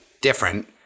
different